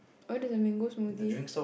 oh there's a mango smoothie